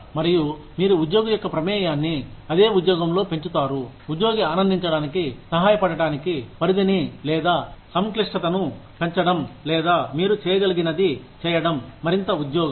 మరియు మీరు ఉద్యోగి యొక్క ప్రమేయాన్ని అదే ఉద్యోగంలో పెంచుతారు ఉద్యోగి ఆనందించడానికి సహాయపడటానికి పరిధిని లేదా సంక్లిష్టతను పెంచడం లేదా మీరు చేయగలిగినది చేయడం మరింత ఉద్యోగం